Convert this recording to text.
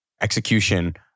execution